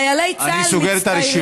חיילי צה"ל מצטיירים, אני סוגר את הרשימה.